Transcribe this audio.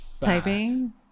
Typing